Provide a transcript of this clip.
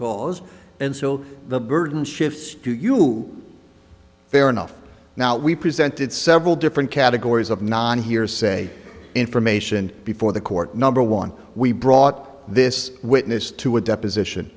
cause and so the burden shifts to you fair enough now we presented several different categories of non hearsay information before the court number one we brought this witness to a deposition